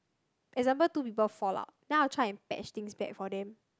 example two people fallout then I will try and patch things back for them